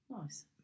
Nice